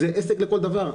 זה עסק לכל דבר.